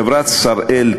חברת "שראל",